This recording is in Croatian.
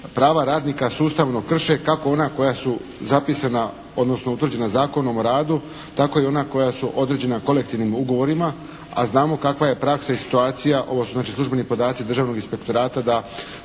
prava radnika sustavno krše kako ona koja su zapisana, odnosno utvrđena Zakonom o radu, tako i ona koja su određena kolektivnim ugovorima, a znamo kakva je praksa i situacija, ovo su znači službeni podaci Državnog inspektorata